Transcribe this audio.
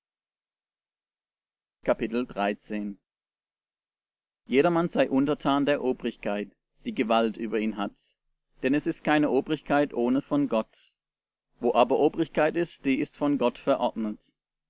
jedermann sei untertan der obrigkeit die gewalt über ihn hat denn es ist keine obrigkeit ohne von gott wo aber obrigkeit ist die ist von gott verordnet